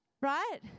right